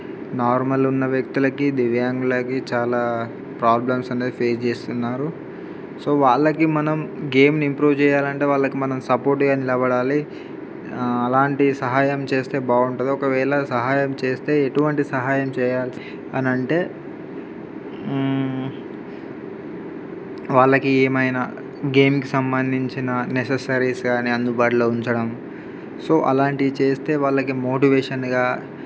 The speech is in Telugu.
నార్మల్ ఉన్న వ్యక్తులకు దివ్యాంగులకు చాలా ప్రాబ్లమ్స్ అనేది ఫేస్ చేస్తున్నారు సో వాళ్ళకి మనం గేమ్ ఇంప్రూవ్ చేయాలంటే వాళ్ళకి మనం సపోర్ట్గా నిలబడాలి అలాంటి సహాయం చేస్తే బాగుంటుంది ఒకవేళ సహాయం చేస్తే ఎటువంటి సహాయం చేయాలి అనంటే వాళ్ళకి ఏమైన్న గేమ్కి సంబంధించిన నెససరీస్ కానీ అందుబాటులో ఉంచడం సో అలాంటివి చేస్తే వాళ్ళకి మోటివేషన్గా